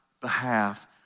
behalf